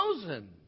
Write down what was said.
chosen